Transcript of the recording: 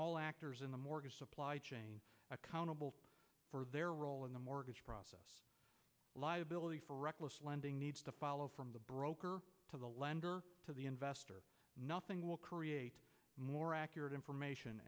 all actors in the mortgage supply chain accountable for their role in the mortgage process liability for reckless lending needs to follow from the broker to the lender to the investor nothing will create more accurate information